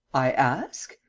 i ask?